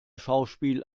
schauspiel